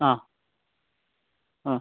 ആ ആ